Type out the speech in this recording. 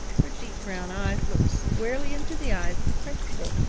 her deep brown eyes looked squarely into the eyes of the principal.